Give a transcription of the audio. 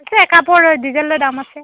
আছে কাপোৰৰ ডিজাইন লৈ দাম আছে